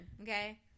Okay